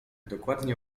dokładnie